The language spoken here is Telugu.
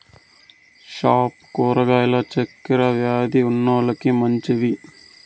స్క్వాష్ కూరగాయలు చక్కర వ్యాది ఉన్నోలకి మంచివి